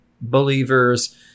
believers